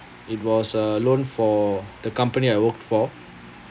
it was a loan for the company I worked for